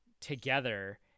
together